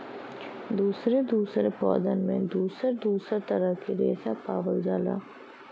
दुसरे दुसरे पौधन में दुसर दुसर तरह के रेसा पावल जाला